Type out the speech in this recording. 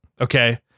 Okay